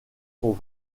sont